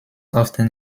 often